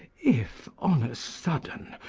if on a sudden,